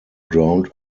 ground